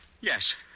yes